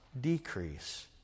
decrease